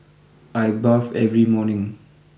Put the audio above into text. I bathe every morning